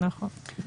נכון.